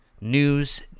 News